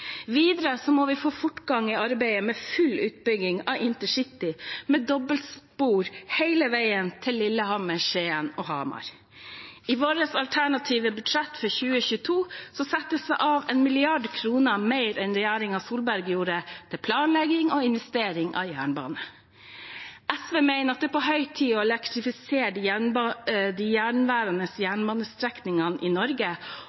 Videre må vi få fortgang i arbeidet med full utbygging av intercity, med dobbeltspor hele veien til Lillehammer, Skien og Hamar. I vårt alternative budsjett for 2022 settes det av 1 mrd. kr mer enn det regjeringen Solberg gjorde, til planlegging og investeringer i jernbane. SV mener det er på høy tid å elektrifisere de gjenværende jernbanestrekningene i Norge. Regjeringen må sette i